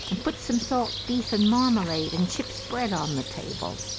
and put some salt beef and marmalade and ship's bread on the table.